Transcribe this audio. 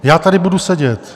Já tady budu sedět.